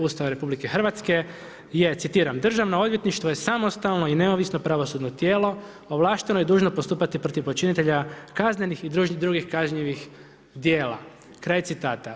Ustava RH, je citiram „ Držano odvjetništvo je samostalno i neovisno pravosudno tijelo, ovlašteno je dužno postupati protiv počinitelja kaznenih i drugih kažnjivih dijela“, kaj citata.